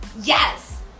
Yes